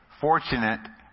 fortunate